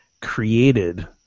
created